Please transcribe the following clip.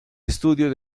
estudio